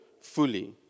fully